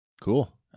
Cool